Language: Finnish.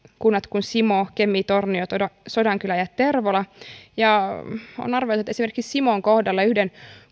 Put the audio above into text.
kunnat kuin simo kemi tornio sodankylä ja tervola on arveltu että esimerkiksi simon kohdalla yhden